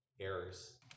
errors